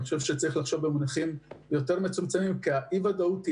צריך לחשוב במונחים מצומצמים מכיוון שיש אי-וודאות עצומה.